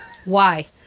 why?